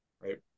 right